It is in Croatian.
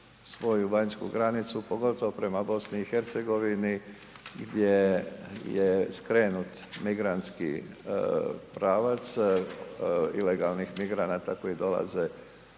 svoju vanjsku granicu, pogotovo prema BiH gdje je skrenut migrantski pravac ilegalnih migranata koji dolaze